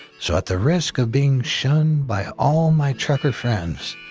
so at the risk of being shunned by all my trucker friends,